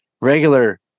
regular